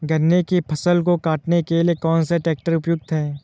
गन्ने की फसल को काटने के लिए कौन सा ट्रैक्टर उपयुक्त है?